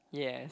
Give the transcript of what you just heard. yes